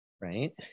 Right